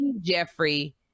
Jeffrey